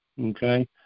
Okay